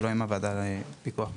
ולא הוועדה לפיקוח המחירים.